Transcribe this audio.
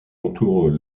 entourent